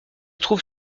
trouve